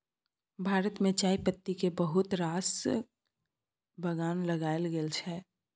भारत मे चायपत्ती केर बहुत रास बगान लगाएल गेल छै